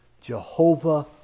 Jehovah